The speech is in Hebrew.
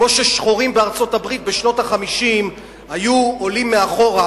כמו ששחורים בארצות-הברית בשנות ה-50 היו עולים מאחורה,